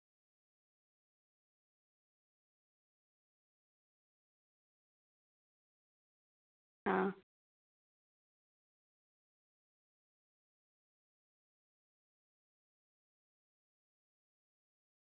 तर मग आपण आणखी थोडं विचार करू दादा वगैरेंना विचारू मग माझ्या कॉलेजला सुट्ट्या पण लागते आणि मग जमलंच तर थी चिकलधऱ्यामध्ये थोडं काम वगैरे सुरू आहे वाटते थे जर पूर्ण झालं तर आपल्याला कळलं तर मग आपण नक्की जाऊ चिकलदऱ्याला